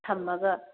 ꯊꯝꯃꯒ